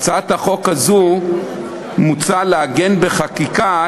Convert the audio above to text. בהצעת החוק הזו מוצע לעגן בחקיקה